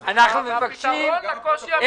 טמקין,